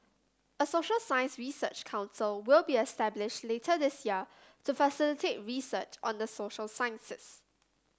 a social science research council will be established later this year to facilitate research on the social sciences